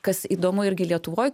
kas įdomu irgi lietuvoj